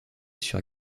sur